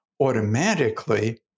automatically